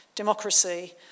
democracy